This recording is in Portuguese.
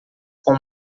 com